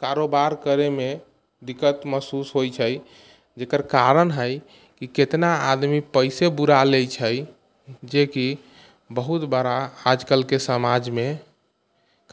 कारोबार करैमे दिक्कत महसूस होइ छै जकर कारण है कि कितना आदमी पैसे बुरा लै छै जेकि बहुत बड़ा आज कलके समाजमे